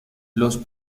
los